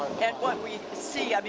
what we see, i mean